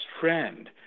friend